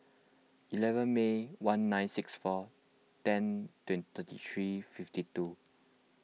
eleven May one nine six four ten thirty three fifty two